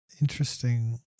interesting